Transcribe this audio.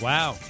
Wow